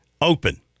open